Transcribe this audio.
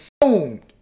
consumed